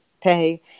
pay